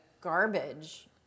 garbage